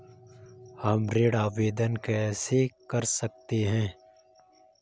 हम ऋण आवेदन कैसे कर सकते हैं?